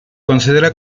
considera